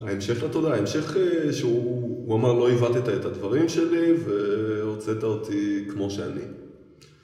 ההמשך לתודה, ההמשך שהוא אמר לא עיוותת את הדברים שלי והוצאת אותי כמו שאני